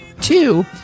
two